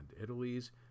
Italy's